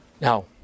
now